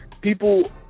People